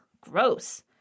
gross